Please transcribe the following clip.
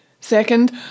Second